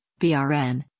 BRN